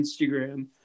Instagram